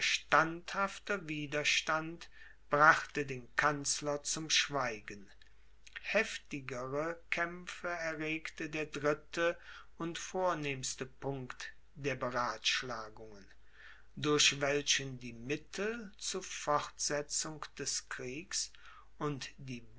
standhafter widerstand brachte den kanzler zum schweigen heftigere kämpfe erregte der dritte und vornehmste punkt der beratschlagungen durch welchen die mittel zu fortsetzung des kriegs und die